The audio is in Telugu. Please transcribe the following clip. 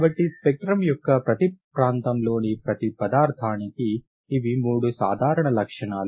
కాబట్టి స్పెక్ట్రం యొక్క ప్రతి ప్రాంతంలోని ప్రతి పదార్థానికి ఇవి మూడు సాధారణ లక్షణాలు